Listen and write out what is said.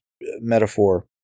metaphor